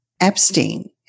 Epstein